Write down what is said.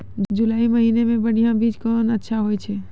जुलाई महीने मे बढ़िया बीज कौन अच्छा होय छै?